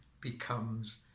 becomes